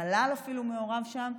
אפילו המל"ל מעורב שם,